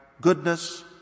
goodness